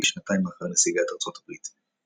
כשנתיים לאחר נסיגת ארצות הברית.